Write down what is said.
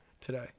today